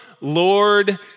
Lord